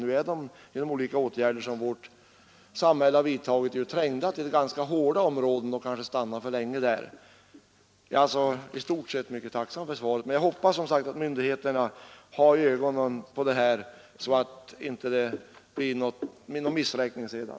Nu är de genom de olika åtgärder som vårt samhälle vidtagit trängda tillbaka till ganska små områden, och de kanske stannar för länge på ett ställe. Jag är alltså i stort sett mycket tacksam för svaret. Men jag hoppas, som sagt, att myndigheterna har ögonen på saken så att det inte blir någon missräkning sedan.